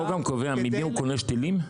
החוק גם קובע ממי הוא קונה שתילים?